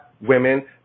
women